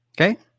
Okay